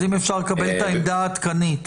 אז אם אפשר לקבל את העמדה העדכנית.